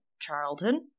Charlton